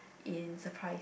in surprise